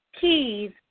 Keys